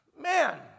Man